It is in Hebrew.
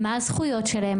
מה הזכויות שלהם,